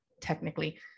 technically